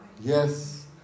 Yes